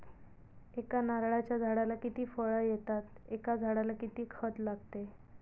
एका नारळाच्या झाडाला किती फळ येतात? एका झाडाला किती खत लागते?